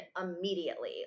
immediately